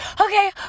okay